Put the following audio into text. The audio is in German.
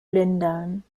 lindern